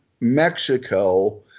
Mexico